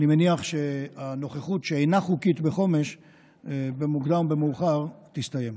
אני מניח שהנוכחות שאינה חוקית בחומש במוקדם או במאוחר תסתיים.